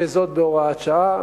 וזאת בהוראת שעה.